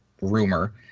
rumor